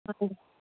ਹਾਂਜੀ